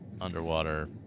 underwater